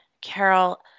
Carol